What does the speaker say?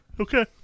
okay